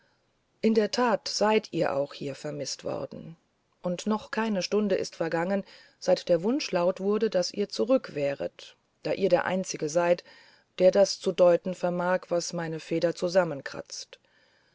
in der tat seid ihr auch hier vermißt worden und noch keine stunde ist vergangen seit der wunsch laut wurde daß ihr zurück wäret da ihr der einzige seid der das zu deuten vermag was meine feder zusammenkratzt